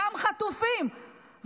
גם חטופים,